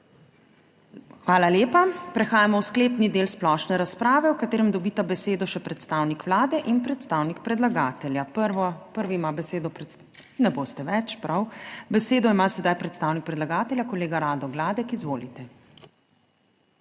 Hvala lepa. Prehajamo v sklepni del splošne razprave, v katerem dobita besedo še predstavnik Vlade in predstavnik predlagatelja. Prvi ima besedo… Ne želite, prav. Besedo ima predstavnik predlagatelja, kolega Rado Gladek. Izvolite.